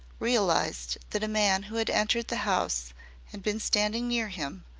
realized that a man who had entered the house and been standing near him,